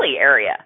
area